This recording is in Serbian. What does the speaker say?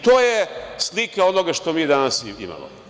To je slika onoga što mi danas imamo.